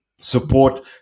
support